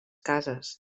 cases